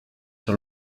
sur